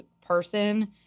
person